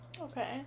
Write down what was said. Okay